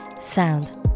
sound